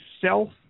self